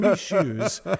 shoes